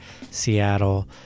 Seattle